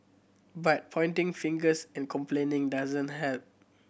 but pointing fingers and complaining doesn't help